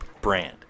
brand